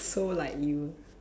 so like you